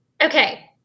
okay